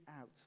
out